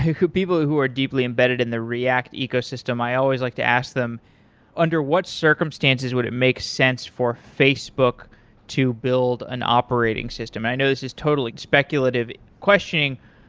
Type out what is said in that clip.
who who people who who are deeply embedded in the react ecosystem. i always like to ask them under what circumstances would it make sense for facebook to build an operating system? i know this is totally speculative questioning,